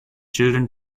children